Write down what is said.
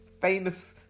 Famous